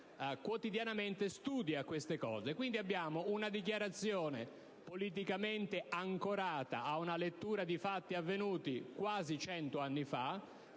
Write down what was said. quotidianamente studia questi avvenimenti. Quindi, abbiamo una dichiarazione politicamente ancorata ad una lettura di fatti avvenuti quasi cento anni fa